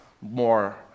more